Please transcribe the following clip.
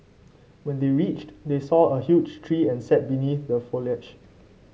when they reached they saw a huge tree and sat beneath the foliage